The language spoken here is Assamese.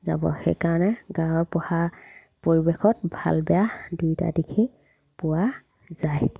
যাব সেইকাৰণে গাঁৱৰ পঢ়া পৰিৱেশত ভাল বেয়া দুয়োটা দিশে পোৱা যায়